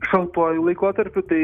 šaltuoju laikotarpiu tai